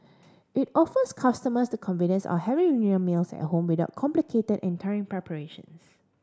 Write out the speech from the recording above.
it offers customers the convenience are having reunion meals at home without complicated and tiring preparations